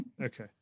Okay